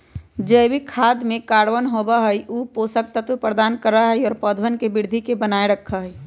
जैविक खाद में कार्बन होबा हई ऊ पोषक तत्व प्रदान करा हई और पौधवन के वृद्धि के बनाए रखा हई